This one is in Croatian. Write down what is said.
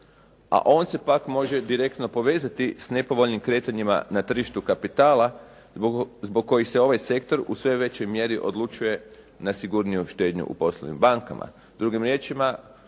A on se pak može direktno povezati sa nepovoljnim kretanjima na tržištu kapitala zbog kojih se ovaj sektor u sve većoj mjeri odlučuje na sigurniju štednju u poslovnim bankama.